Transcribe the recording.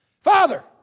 Father